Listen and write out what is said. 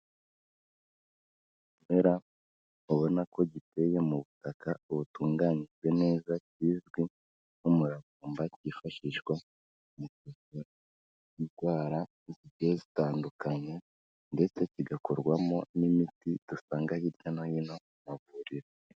Ikimera ubona ko giteye mu butaka butunganijwe neza kizwi nk'umuravumba cyifashishwa mu kuvura indwara zigiye zitandukanye ndetse kigakorwamo n'imiti dusanga hirya no hino mu mavuriro.